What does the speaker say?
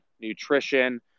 nutrition